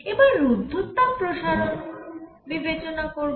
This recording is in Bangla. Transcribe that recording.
এবার রূদ্ধতাপ প্রসারণ বিবেচনা করব